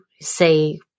say